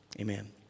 Amen